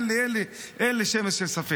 אין לי שמץ של ספק.